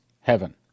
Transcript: heaven